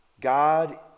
God